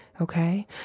okay